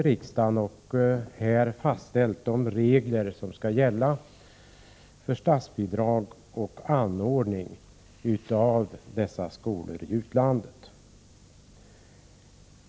Riksdagen fastställde sedan de regler som skall gälla för statsbidrag och anordning av dessa skolor i utlandet.